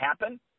happen